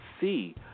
see